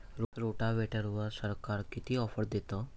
रोटावेटरवर सरकार किती ऑफर देतं?